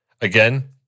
Again